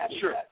sure